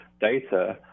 data